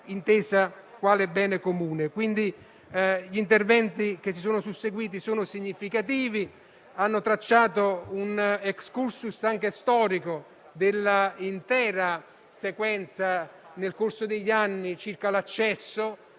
intesa quale bene comune. Gli interventi che si sono susseguiti sono significativi e hanno tracciato un *excursus* anche storico dell'intera sequenza, nel corso degli anni, dell'accesso